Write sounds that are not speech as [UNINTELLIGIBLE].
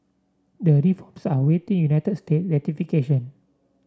the [UNINTELLIGIBLE] are waiting United States ratification